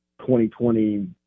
2020